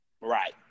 Right